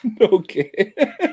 Okay